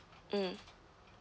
mm